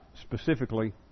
specifically